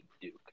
Duke